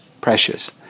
precious